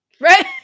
Right